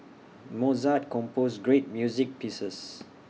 Mozart composed great music pieces